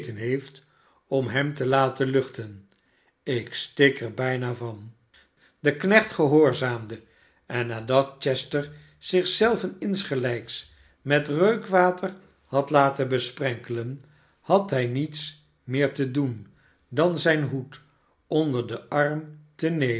heeft om hem te laten luchten ik stik er bijna van de knecht gehoorzaamde en nadat chester zich zelven insgelijks met reukwater had laten besprenkelen had hij niets meer te doen dan zijn hoed on der den arm te nemen